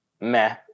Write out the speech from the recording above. meh